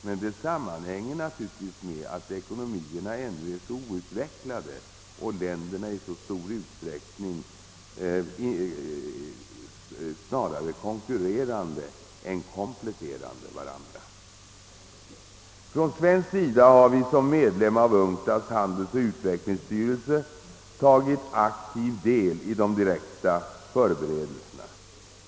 Men detta sammanhänger naturligtvis med att dessa länders ekonomi ännu är så outvecklad och att länderna i så stor utsträckning snarare konkurrerar med varandra än kompletterar varandra. Sverige har som medlem av UNCTAD:s handelsoch utvecklingsstyrelse tagit aktiv del i de direkta förberedelserna.